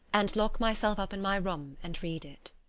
and lock myself up in my room and read it.